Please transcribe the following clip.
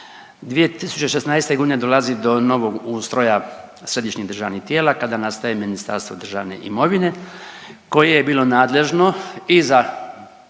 2016. godine dolazi do novog ustroja središnjih državnih tijela kada nastaje Ministarstvo državne imovine koje je bilo nadležno i za,